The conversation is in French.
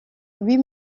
huit